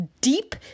deep